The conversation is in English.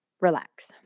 relax